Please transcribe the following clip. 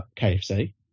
KFC